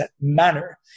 manner